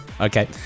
Okay